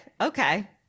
Okay